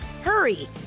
Hurry